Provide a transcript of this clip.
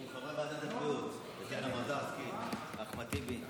עם חברי ועדת הבריאות טטיאנה מזרסקי, אחמד טיבי.